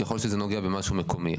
ככל שזה נוגע במשהו מקומי.